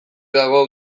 dago